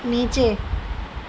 نیچے